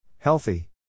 Healthy